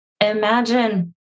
imagine